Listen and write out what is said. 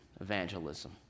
evangelism